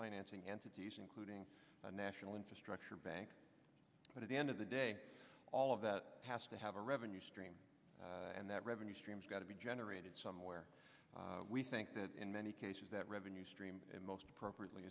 financing entities including a national infrastructure bank but at the end of the day all of that has to have a revenue stream and that revenue streams got to be generated somewhere we think that in many cases that revenue stream and most appropriately